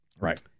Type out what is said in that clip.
Right